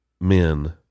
men